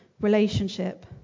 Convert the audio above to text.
relationship